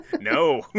No